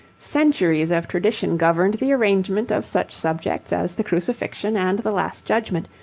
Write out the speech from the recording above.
centuries of tradition governed the arrangement of such subjects as the crucifixion and the last judgment,